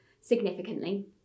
significantly